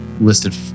listed